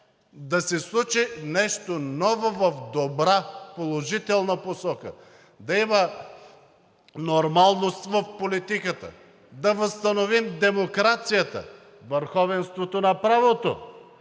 да се случи нещо ново в добра, положителна посока – да има нормалност в политиката, да възстановим демокрацията, върховенството на правото,